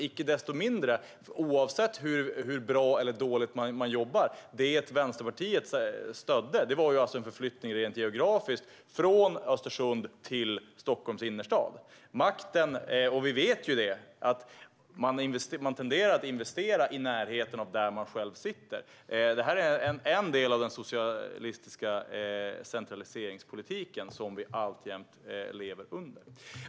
Icke desto mindre, och oavsett hur bra eller dåligt man jobbar, var det som Vänsterpartiet stödde en förflyttning rent geografiskt - från Östersund till Stockholms innerstad. Vi vet ju att man tenderar att investera i närheten av den plats man själv sitter på. Detta är en del av den socialistiska centraliseringspolitik vi alltjämt lever under.